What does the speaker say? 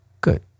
Good